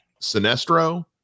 Sinestro